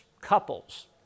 couples